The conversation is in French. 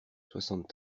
soixante